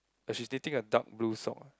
but she's knitting a dark blue sock